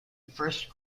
first